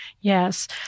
Yes